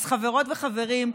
אז חברות וחברים,